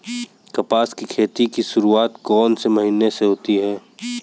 कपास की खेती की शुरुआत कौन से महीने से होती है?